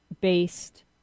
based